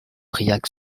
briac